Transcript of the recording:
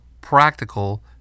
Practical